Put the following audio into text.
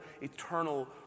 eternal